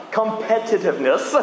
competitiveness